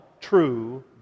true